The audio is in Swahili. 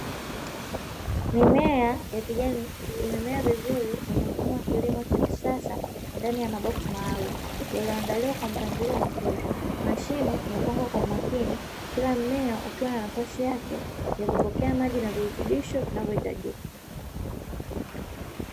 Mimea ya kijani imemea vizuri kwenye mfumo wa kilimo cha kisasa ndani ya maboksi maalumu, yaliyoandaliwa kwa mpangilio mzuri, mashine imepangwa kwa umakini kila mmea ukiwa na nafasi yake ya kupokea maji na virutubisho vinavyohitajika.